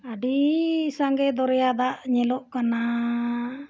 ᱟᱹᱰᱤ ᱥᱟᱸᱜᱮ ᱫᱚᱨᱭᱟ ᱫᱟᱜ ᱧᱮᱞᱚᱜ ᱠᱟᱱᱟ